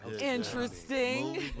Interesting